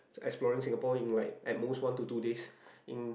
exploring Singapore in like at most one to two days in